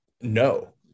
No